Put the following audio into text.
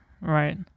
right